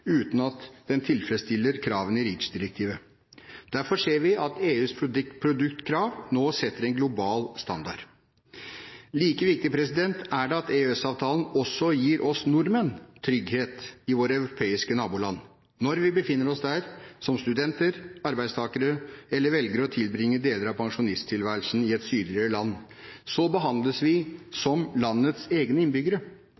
uten at det tilfredsstiller kravene i REACH-direktivet. Derfor ser vi at EUs produktkrav nå setter en global standard. Like viktig er det at EØS-avtalen også gir oss nordmenn trygghet i våre europeiske naboland. Når vi befinner oss der, som studenter eller arbeidstakere, eller vi velger å tilbringe deler av pensjonisttilværelsen i et sydligere land, behandles vi